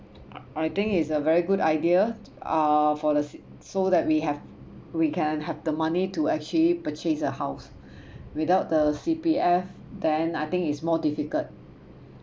I think is a very good idea uh for the so that we have we can have the money to actually purchase a house without the C_P_F then I think is more difficult